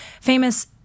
famous